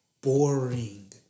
boring